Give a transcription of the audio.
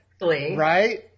Right